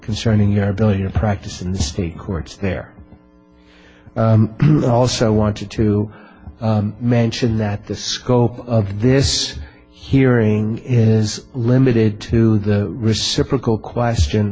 concerning your ability to practice in the state courts there i also wanted to mention that the scope of this hearing is limited to the reciprocal question